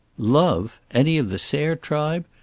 love? any of the sayre tribe?